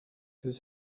deux